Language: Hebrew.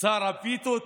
שר הפיתות.